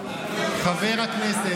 זה לא קשור,